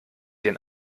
den